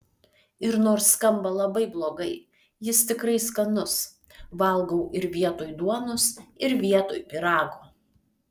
ir nors skamba labai blogai jis tikrai skanus valgau ir vietoj duonos ir vietoj pyrago